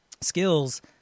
skills